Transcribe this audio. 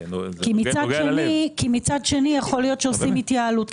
מצד שני יכול להיות שעושים התייעלות.